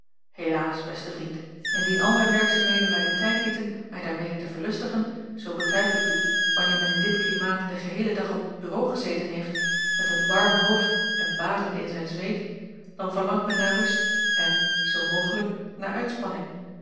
helaas beste vriend indien al mijn werkzaamheden mij den tijd lieten mij daarmede te verlustigen zoo betuig ik u wanneer men in dit klimaat den geheelen dag op t bureau gezeten heeft met een warm hoofd en badende in zijn zweet dan verlangt men naar rust en zoo mogelijk naar uitspanning